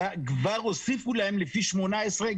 כבר הוסיפו להם לפי 2018,